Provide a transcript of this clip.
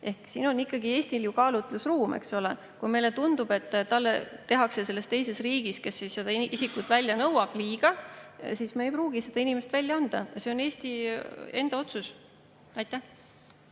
Ehk siin on Eestil kaalutlusruum. Kui meile tundub, et talle tehakse selles teises riigis, kes seda isikut välja nõuab, liiga, siis me ei pruugi seda inimest välja anda. See on Eesti enda otsus. Siin